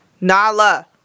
Nala